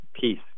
peace